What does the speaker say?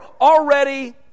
already